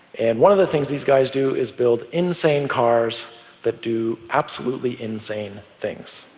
and one of the things these guys do is build insane cars that do absolutely insane things.